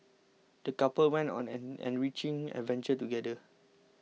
the couple went on an enriching adventure together